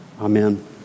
Amen